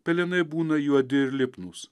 pelenai būna juodi ir lipnūs